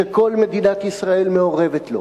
שכל מדינת ישראל מעורבת בו,